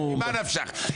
ממה נפשך,